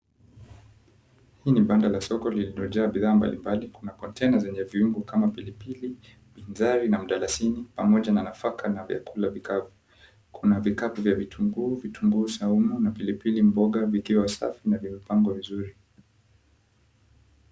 Hii ni banda la soko lililojaa bidhaa mbalimbali. Kuna kontena zenye viungo kama pilipili, bizari na mdalasini pamoja na nafaka na vyakula vikavu. Kuna vikapu vya vitunguu, vitunguu saumu na pilipili mboga vikiwa safi na vimepangwa vizuri.